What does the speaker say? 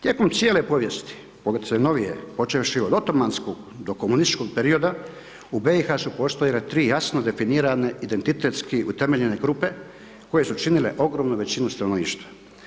Tijekom cijele povijesti pogotovo novije počevši od otomanskog do komunističkog perioda u BiH-a su postojale tri jasno definirane identitetski utemeljene grupe koje su činile ogromnu većinu stanovništva.